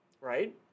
right